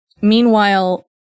meanwhile